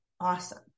Awesome